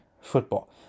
football